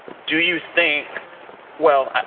do you think well,